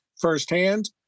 firsthand